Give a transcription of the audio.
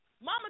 Mama